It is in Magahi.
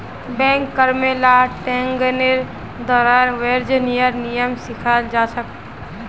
बैंक कर्मि ला ट्रेनिंगेर दौरान वाणिज्येर नियम सिखाल जा छेक